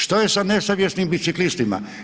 Što je sa nesavjesnim biciklistima?